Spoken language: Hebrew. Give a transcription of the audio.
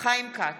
חיים כץ,